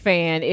Fan